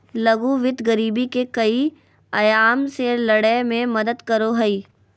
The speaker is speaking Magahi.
लघु वित्त गरीबी के कई आयाम से लड़य में मदद करो हइ